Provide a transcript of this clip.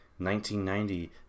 1990